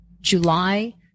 July